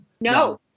No